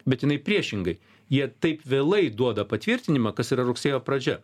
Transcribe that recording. bet jinai priešingai jie taip vėlai duoda patvirtinimą kas yra rugsėjo pradžia